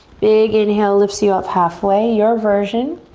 big inhale lifts you up halfway, your version.